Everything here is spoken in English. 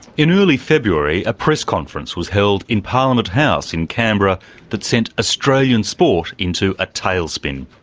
in early february a press conference was held in parliament house in canberra that sent australian sport into a tailspin.